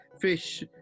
fish